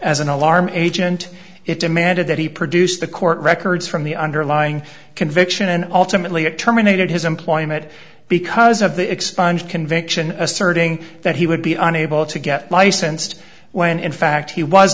as an alarm agent it demanded that he produce the court records from the underlying conviction and ultimately it terminated his employment because of the expunged conviction asserting that he would be unable to get licensed when in fact he was